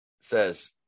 says